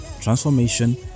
transformation